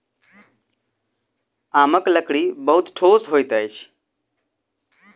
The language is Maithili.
आमक लकड़ी बहुत ठोस होइत अछि